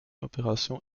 opération